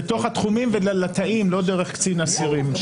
בתוך התחומים ולתאים, לא דרך קצין אסירים.